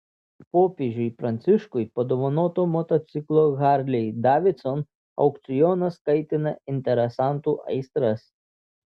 popiežiui pranciškui padovanoto motociklo harley davidson aukcionas kaitina interesantų aistras